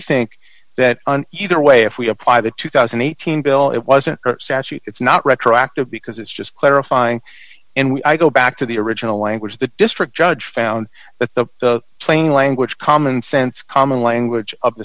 think that either way if we apply the two thousand and eighteen bill it wasn't a statute it's not retroactive because it's just clarifying and we go back to the original language the district judge found that the plain language commonsense common language of the